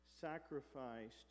sacrificed